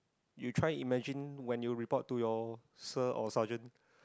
you try imagine when you report to your sir or sergeant